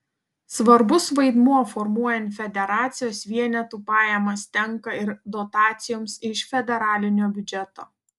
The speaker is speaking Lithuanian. svarbus vaidmuo formuojant federacijos vienetų pajamas tenka ir dotacijoms iš federalinio biudžeto